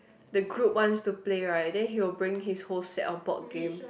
the group wants to play right then he will bring his whole set of board games